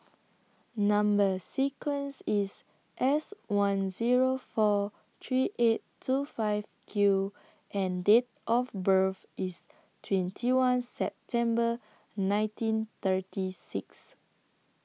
Number sequence IS S one Zero four three eight two five Q and Date of birth IS twenty one September nineteen thirty six